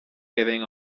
giving